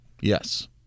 Yes